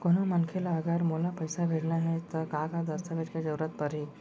कोनो मनखे ला अगर मोला पइसा भेजना हे ता का का दस्तावेज के जरूरत परही??